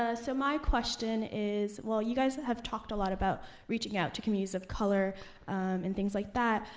ah so my question is, well, you guys have talked a lot about reaching out to communities of color and things like that.